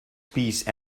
piece